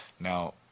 Now